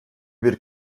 bir